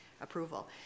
approval